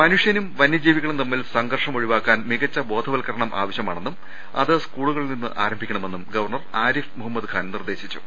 മനുഷ്യനും വന്യജീവികളും തമ്മിൽ സംഘർഷം ഒഴിവാക്കാൻ മികച്ച ബോധവത്കരണം ആവശൃമാണെന്നും അത് സ് കൂളുകളിൽനിന്ന് ആരംഭിക്കണമെന്നും ഗവ്ർണർ ആരിഫ് മൊഹമ്മദ് ഖാൻ നിർദേശിച്ചു